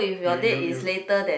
you you you